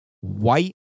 white